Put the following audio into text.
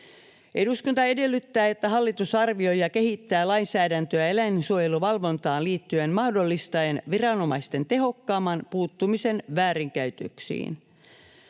Eduskunta edellyttää, että hallitus arvioi ja kehittää lainsäädäntöä eläinsuojeluvalvontaan liittyen mahdollistaen viranomaisten tehokkaamman puuttumisen väärinkäytöksiin.